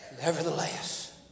Nevertheless